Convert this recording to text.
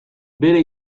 bere